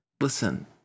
Listen